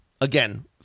again